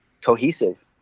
cohesive